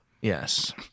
Yes